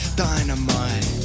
dynamite